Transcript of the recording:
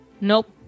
Nope